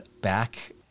back